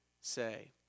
say